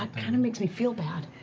kind of makes me feel bad.